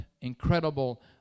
incredible